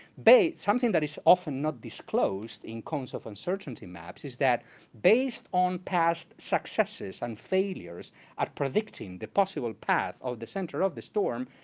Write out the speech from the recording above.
something that is often not disclosed in cones of uncertainty maps, is that based on past successes and failures at predicting the possible path of the center of the storm,